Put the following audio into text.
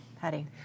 Patty